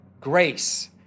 grace